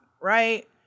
right